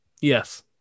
yes